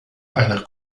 einer